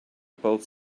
both